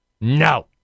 no